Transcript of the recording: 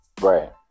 Right